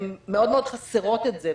הן מאוד מאוד חסרות את זה.